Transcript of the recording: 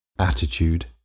attitude